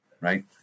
Right